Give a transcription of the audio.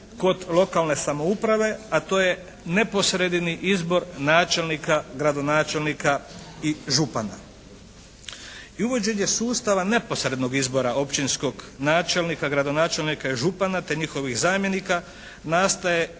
kod lokalne samouprave, a to je neposredni izbor načelnika, gradonačelnika i župana. I uvođenje sustava neposrednog izbora općinskog načelnika, gradonačelnika i župana te njihovih zamjenika, nastaje